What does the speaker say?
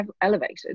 elevated